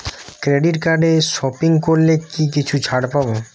Credit কার্ডে shopping করলে কি কিছু ছাড় পাব?